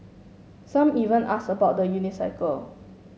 some even ask about the unicycle